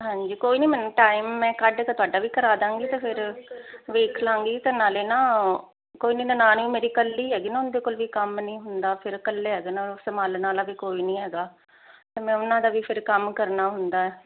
ਹਾਂਜੀ ਕੋਈ ਨਹੀਂ ਮੈਨੂੰ ਟਾਈਮ ਮੈਂ ਕੱਢ ਤਾ ਤੁਹਾਡਾ ਵੀ ਕਰਾ ਦਾਂਗੀ ਤੇ ਫਿਰ ਵੇਖ ਲਾਂਗੀ ਤੇ ਨਾਲੇ ਨਾ ਕੋਈ ਨਹੀਂ ਨਨਾਣ ਹੀ ਮੇਰੀ ਕੱਲੀ ਹੈਗੀ ਨਾ ਉਹਦੇ ਕੋਲ ਵੀ ਕੰਮ ਨਹੀਂ ਹੁੰਦਾ ਫਿਰ ਕੱਲੇ ਹੈਗੇ ਨਾ ਸਮਾਨ ਲਿਆਣ ਵਾਲਾ ਵੀ ਕੋਈ ਨਹੀਂ ਹੈਗਾ ਤੇ ਮੈਂ ਉਹਨਾਂ ਦਾ ਵੀ ਫਿਰ ਕੰਮ ਕਰਨਾ ਹੁੰਦਾ